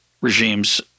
regime's